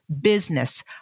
business